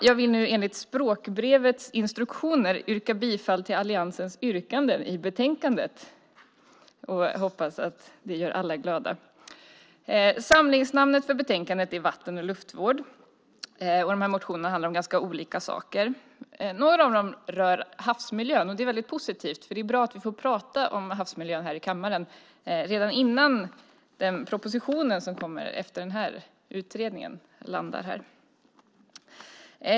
Jag vill nu enligt Språkbrevets instruktioner yrka bifall till alliansens förslag i betänkandet och hoppas att det gör alla glada. Samlingsnamnet på betänkandet är Vatten och luftvård . Motionerna handlar om ganska olika saker. Några av dem rör havsmiljön, vilket är positivt. Det är bra att vi får möjlighet att tala om havsmiljön i kammaren redan innan propositionen kommer, alltså den som ska komma efter utredningen.